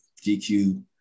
GQ